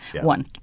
one